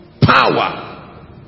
Power